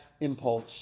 impulse